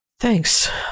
Thanks